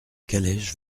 calèche